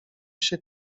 się